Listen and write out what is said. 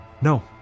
No